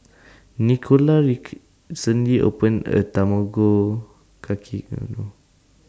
Nicola opened A Tamago Kake